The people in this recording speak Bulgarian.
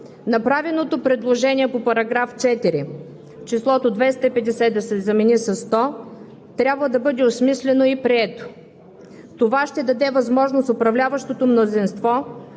Направеното предложение по § 4 – числото „250“ да се замени със „100“, трябва да бъде осмислено и прието. Това ще даде възможност управляващото мнозинство